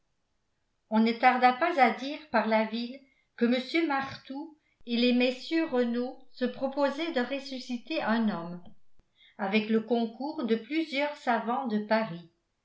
on ne tarda pas à dire par la ville que mr martout et les mm renault se proposaient de ressusciter un homme avec le concours de plusieurs savants de paris